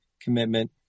commitment